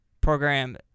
program